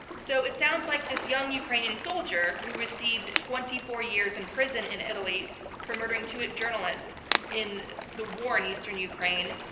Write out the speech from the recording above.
so it sounds like this young ukrainian soldier who received twenty four years in prison in italy for murdering two journalists in the war in eastern ukraine,